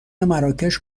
مراکش